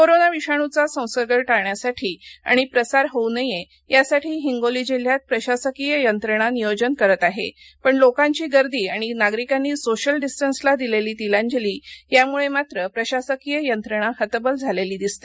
corona विषाणूचा संसर्ग टाळण्यासाठी आणि प्रसार होऊ नये यासाठी हिंगोली जिल्ह्यात प्रशासकीय यंत्रणा नियोजन करते आहे पण लोकांची गर्दी आणि नागरिकांनी सोशल डिस्टन्सला दिलेली तिलांजली यामुळे मात्र प्रशासकीय यंत्रणा हतबल झालेली दिसते